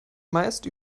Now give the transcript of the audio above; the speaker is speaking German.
meist